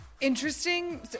interesting